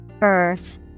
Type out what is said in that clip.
Earth